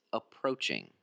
approaching